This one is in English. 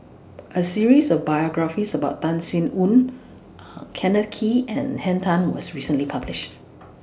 A series of biographies about Tan Sin Aun Kenneth Kee and Henn Tan was recently published